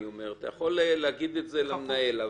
אתה יכול להגיד את זה למנהל,